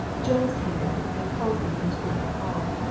jones came back and called him into the inner hall.